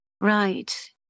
Right